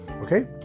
okay